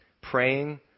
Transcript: praying